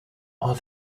are